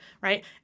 right